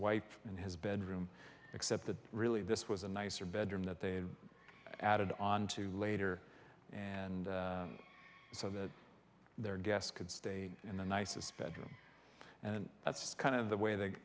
wife and his bedroom except that really this was a nicer bedroom that they added on to later and so that their guests could stay in the nicest bedroom and that's kind of the way that